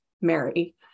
Mary